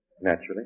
naturally